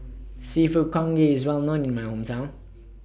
Seafood Congee IS Well known in My Hometown